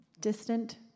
distant